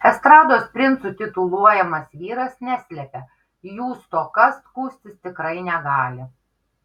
estrados princu tituluojamas vyras neslepia jų stoka skųstis tikrai negali